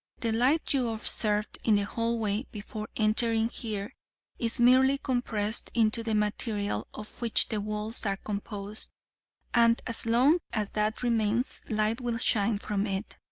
the light you observed in the hallway before entering here is merely compressed into the material of which the walls are composed and as long as that remains light will shine from it.